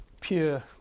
pure